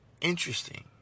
Interesting